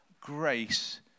Grace